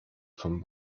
von